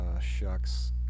shucks